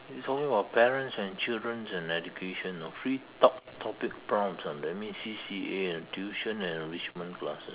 we talking about parents and children and education you know free talk topic prompts let me see C_C_A and tuition and enrichment classes